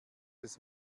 des